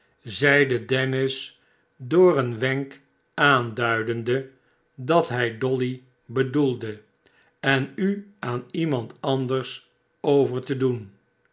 zeide dennis door een wenk aanduidende dat hij dolly bedoelde en u aan iemand anders over te doen